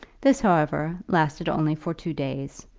this, however, lasted only for two days,